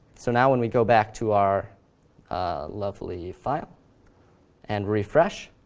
so now when we go back to our lovely file and refresh,